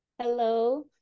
Hello